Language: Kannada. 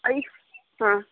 ಐಫ್ ಹಾಂ